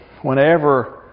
Whenever